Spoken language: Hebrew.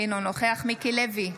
אינו נוכח מיקי לוי,